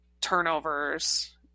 turnovers